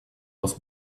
was